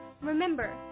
Remember